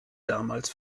damals